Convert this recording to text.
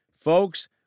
Folks